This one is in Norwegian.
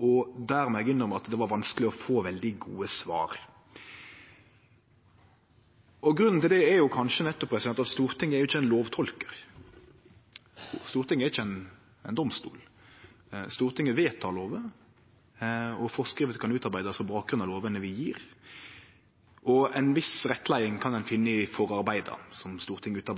Eg må innrømme at det var vanskeleg å få veldig gode svar. Grunnen til det er kanskje nettopp at Stortinget ikkje er ein lovtolkar. Stortinget er ingen domstol. Stortinget vedtek lover, og forskrifter kan utarbeidast på bakgrunn av lovene vi gjev. Ei viss rettleiing kan ein finne i forarbeida til Stortinget.